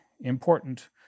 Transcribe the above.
important